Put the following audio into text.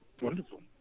wonderful